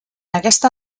aquesta